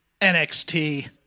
NXT